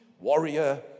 warrior